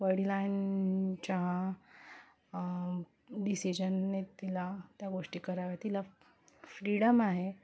वडिलांच्या डिसिजनने तिला त्या गोष्टी कराव्या तिला फ्रीडम आहे